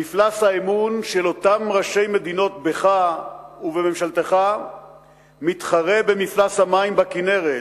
מפלס האמון של אותם ראשי מדינות בך ובממשלתך מתחרה במפלס המים בכינרת,